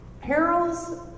perils